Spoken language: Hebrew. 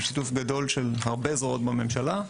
בשיתוף רחב של הרבה זרועות בממשלה.